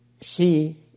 see